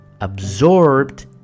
absorbed